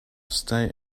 stay